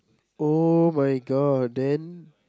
[oh]-my-god then